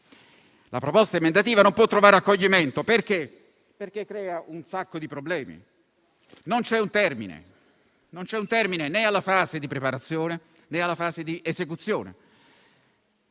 navigazione - non può trovare accoglimento. Perché? Perché crea un sacco di problemi. Non c'è un termine né alla fase di preparazione, né alla fase di esecuzione.